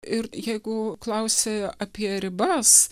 ir jeigu klausi apie ribas